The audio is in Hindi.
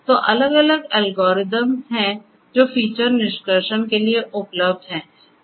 तो अलग अलग एल्गोरिदम हैं जो फीचर निष्कर्षण के लिए उपलब्ध हैं